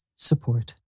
Support